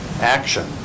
action